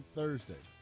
Thursday